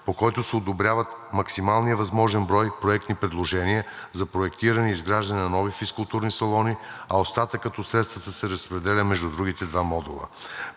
по който се одобряват максималният възможен брой проектни предложения за проектиране и изграждане на нови физкултурни салони, а остатъкът от средствата се разпределя между другите два модула.